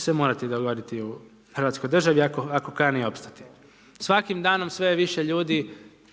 se morati dogoditi u Hrvatskoj državi, ako kani opstati. Svakim danom sve je više ljudi,